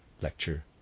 Lecture